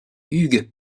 hugues